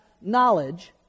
knowledge